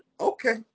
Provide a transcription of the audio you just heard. Okay